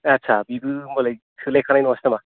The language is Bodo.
आटसा बेबो होमबालाय थोलायखानाय नङासो नामा